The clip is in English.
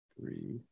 three